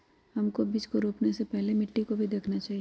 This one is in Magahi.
हमको बीज को रोपने से पहले मिट्टी को भी देखना चाहिए?